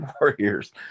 Warriors